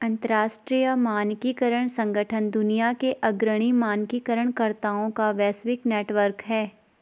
अंतर्राष्ट्रीय मानकीकरण संगठन दुनिया के अग्रणी मानकीकरण कर्ताओं का वैश्विक नेटवर्क है